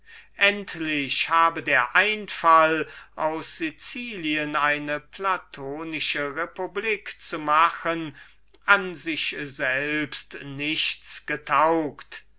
endlich habe der einfall aus sicilien eine platonische republik zu machen an sich selbst nichts getaugt